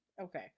Okay